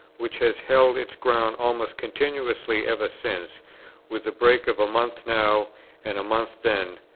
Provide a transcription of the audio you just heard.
which has held its ground almost continuously ever since with the break of a month now and a month then,